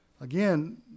Again